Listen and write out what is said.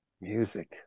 Music